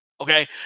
Okay